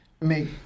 make